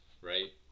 right